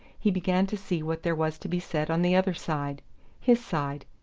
he began to see what there was to be said on the other side his side,